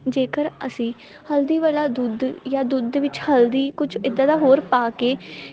ਜੇਕਰ ਅਸੀਂ ਹਲਦੀ ਵਾਲਾ ਦੁੱਧ ਜਾਂ ਦੁੱਧ ਵਿੱਚ ਹਲਦੀ ਕੁਝ ਏਦਾਂ ਦਾ ਹੋਰ ਪਾ ਕੇ